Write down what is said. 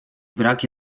brak